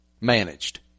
managed